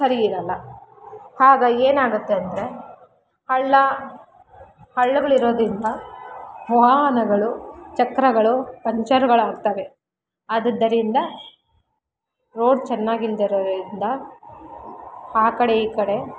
ಸರಿ ಇರಲ್ಲ ಆಗ ಏನಾಗತ್ತೆ ಅಂದರೆ ಹಳ್ಳ ಹಳ್ಳಗಳಿರೋದ್ರಿಂದ ವಾಹನಗಳು ಚಕ್ರಗಳು ಪಂಕ್ಚರ್ಗಳಾಗ್ತವೆ ಆದುದ್ದರಿಂದ ರೋಡ್ ಚೆನ್ನಾಗಿಲ್ದೆರೋರಿಂದ ಆ ಕಡೆ ಈ ಕಡೆ